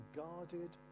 guarded